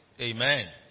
Amen